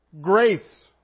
Grace